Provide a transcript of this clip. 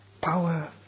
power